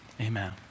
Amen